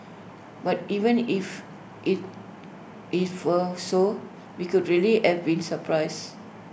but even if IT if were so we could really have been surprised